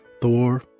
Thor